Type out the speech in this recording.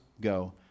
go